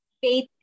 faith